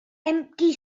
empty